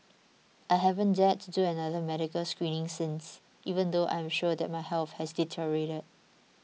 I haven't dared to do another medical screening since even though I am sure that my health has deteriorated